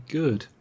good